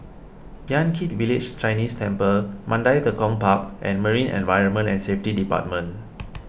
Yan Kit Village Chinese Temple Mandai Tekong Park and Marine Environment and Safety Department